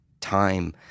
time